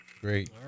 Great